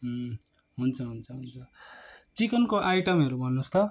ए हुन्छ हुन्छ हुन्छ चिकनको आइटमहरू भन्नुहोस् त